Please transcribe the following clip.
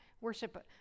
worship